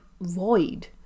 void